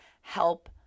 help